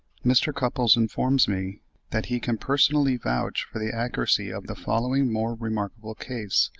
mr. cupples informs me that he can personally vouch for the accuracy of the following more remarkable case,